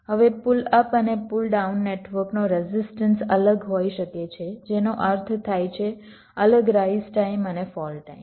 હવે pull up અને pull down નેટવર્કનો રેઝિસ્ટન્સ અલગ હોઈ શકે છે જેનો અર્થ થાય છે અલગ રાઈઝ ટાઈમ અને ફોલ ટાઈમ